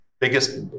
biggest